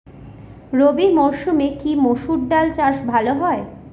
রবি মরসুমে কি মসুর ডাল চাষ ভালো হয়?